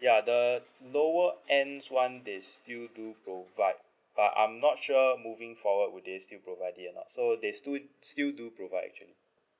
ya the lower ends [one] they still do provide but I'm not sure moving forward would they still provide it or not so they still do provide actually